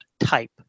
type